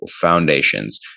foundations